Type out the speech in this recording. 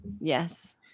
yes